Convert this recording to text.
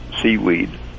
seaweed